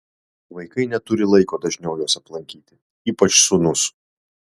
vaikai neturi laiko dažniau jos aplankyti ypač sūnus